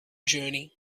journey